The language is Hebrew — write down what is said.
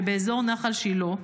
שבאזור נחל שילה,